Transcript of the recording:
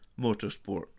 Motorsport